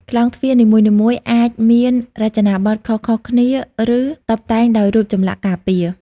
ក្លោងទ្វារនីមួយៗអាចមានរចនាបថខុសៗគ្នា ឬតុបតែងដោយរូបចម្លាក់ការពារ។